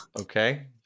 Okay